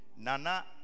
Nana